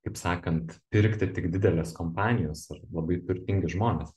kaip sakant pirkti tik didelės kompanijos ar labai turtingi žmonės